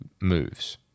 moves